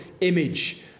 image